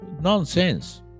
nonsense